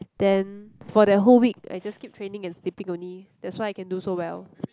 then for that whole week I just keep training and sleeping only that's why I can do so well